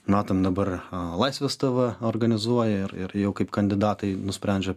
matom dabar h laisvės tv organizuoja ir ir jau kaip kandidatai nusprendžia